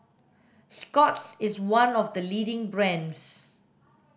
Scott's is one of the leading brands